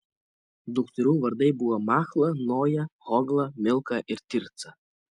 dukterų vardai buvo machla noja hogla milka ir tirca